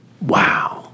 Wow